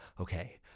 Okay